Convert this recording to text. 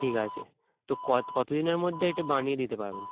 ঠিক আছে তো ক কত দিনের মধ্যে এটা বানিয়ে দিতে পারবেন